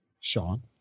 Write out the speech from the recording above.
Sean